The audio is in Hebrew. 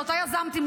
שאותה יזמתי,